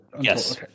Yes